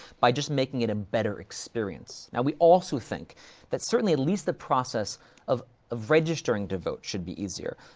by just making it a better experience. now, we also think that, certainly at least the process of of registering to vote should be easier.